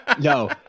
No